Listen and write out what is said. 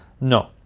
No